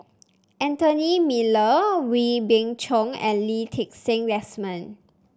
Anthony Miller Wee Beng Chong and Lee Ti Seng Desmond